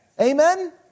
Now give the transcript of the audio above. Amen